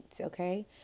Okay